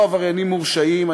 לא עבריינים מורשעים.